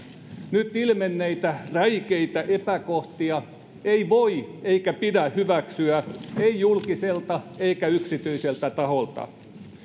nyt ilmenneitä räikeitä epäkohtia ei voi eikä pidä hyväksyä ei julkiselta eikä yksityiseltä taholta